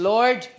Lord